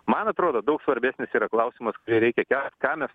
man atrodo daug svarbesnis yra klausimas kurį reikia kelt ką mes